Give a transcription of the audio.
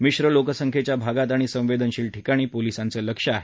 मिश्र लोकसंख्येच्या भागात आणि संवेदनशील ठिकाणी पोलिसांचं लक्ष आहे